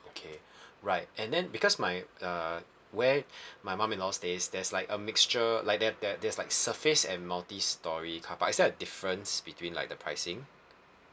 okay right and then because my uh where my mum in law stays there's like a mixture like that that there's like surface and multi storey carpark is there a difference between like the pricing